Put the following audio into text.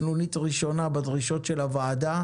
סנונית ראשונה בדרישות הוועדה,